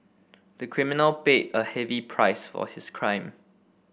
the criminal paid a heavy price for his crime